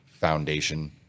foundation